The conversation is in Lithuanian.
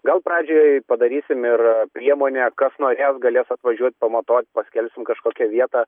gal pradžiai padarysim ir priemonę kas norės galės atvažiuot pamatuot paskelbsim kažkokią vietą